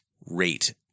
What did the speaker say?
rate